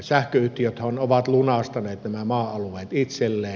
sähköyhtiöthän ovat lunastaneet nämä maa alueet itselleen